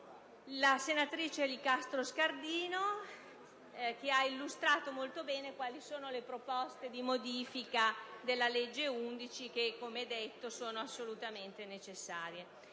La senatrice Licastro Scardino ha illustrato molto bene quali sono le proposte di modifica della legge n. 11 del 2005, che - come già detto - sono assolutamente necessarie.